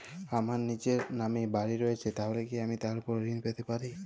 আমার নিজের নামে বাড়ী রয়েছে তাহলে কি আমি তার ওপর ঋণ পেতে পারি?